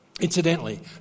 incidentally